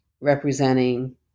representing